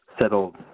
settled